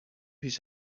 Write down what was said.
پیش